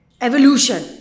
evolution